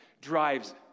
drives